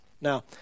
Now